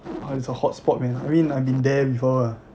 ah it's a hot spot man I mean I've been there before ah